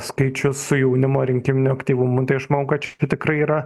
skaičius su jaunimo rinkiminiu aktyvumu tai aš manau kad čia tikrai yra